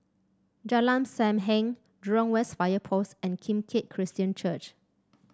Jalan Sam Heng Jurong West Fire Post and Kim Keat Christian Church